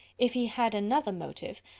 if he had another motive,